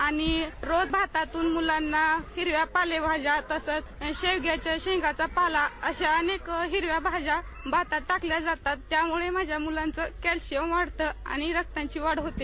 आणि दोज मुलांना भातातून हिरव्या पालेभाज्या तसंच शेवग्याच्या शेंगांचा पाला अश्या अनेक हिरव्या भाज्या भातात टाकल्या जातात त्यामुळं माझ्या मुलांचं कॅलशियम वाढतं अणि रक्ताची वाढ होते